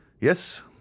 Yes